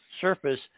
surface